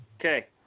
Okay